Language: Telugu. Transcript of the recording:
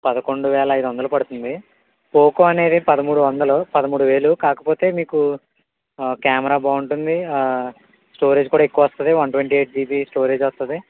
పదకొండు వేల ఐదొందలు పడుతుంది పోకో అనేది పదమూడు వందలు పదమూడు వేలు కాకపోతే మీకు ఆ కేమెరా బాగుంటుంది స్టోరేజ్ కూడా ఎక్కువొస్తుంది one twenty eight GB storage వస్తుంది